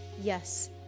Yes